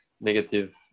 negative